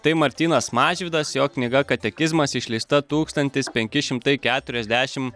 tai martynas mažvydas jo knyga katekizmas išleista tūkstantis penki šimtai keturiasdešim